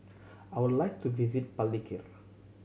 I would like to visit Palikir